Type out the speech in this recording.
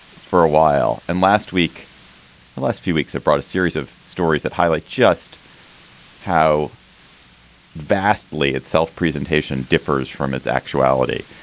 for a while and last week the last few weeks have brought a series of stories that highlight just how vastly itself presentation differs from its actuality.